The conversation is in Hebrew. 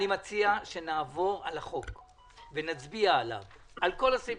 אבל אני חושב שאם יש דברים שמוסכמים על כלל חברי